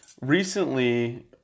recently